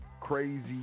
crazy